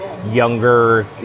younger